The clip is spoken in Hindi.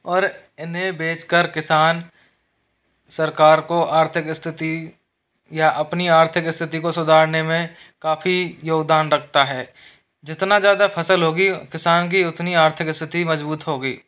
और इन्हें बेचकर किसान सरकार को आर्थिक स्थिति या अपनी आर्थिक स्थिति को सुधारने में काफ़ी योगदान रखता है जितना ज़्यादा फसल होगी किसान की उतनी आर्थिक स्थिति मजबूत होगी